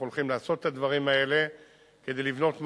אנחנו הולכים לעשות את הדברים האלה כדי לבנות מערכת.